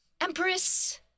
Empress